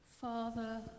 Father